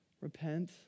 repent